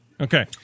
Okay